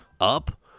up